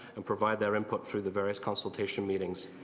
and provide their input through the various consultation meetings.